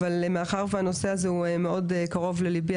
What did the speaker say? אבל מאחר והנושא הזה הוא מאוד קרוב לליבי,